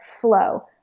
flow